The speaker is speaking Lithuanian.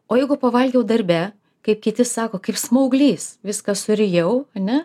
o jeigu pavalgiau darbe kaip kiti sako kaip smauglys viską surijau ane